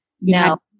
No